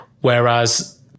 Whereas